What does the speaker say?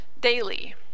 daily